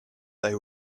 they